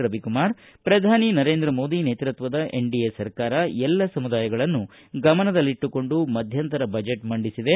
ರವಿಕುಮಾರ ಪ್ರಧಾನಿ ನರೇಂದ್ರ ಮೋದಿ ನೇತೃತ್ವದ ಎನ್ಡಿಎ ಸರ್ಕಾರ ಎಲ್ಲ ಸಮುದಾಯಗಳನ್ನು ಗಮನದಲ್ಲಿಟ್ಟುಕೊಂಡು ಮಧ್ಯಂತರ ಬಜೆಟ್ ಮಂಡಿಸಿದೆ